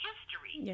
history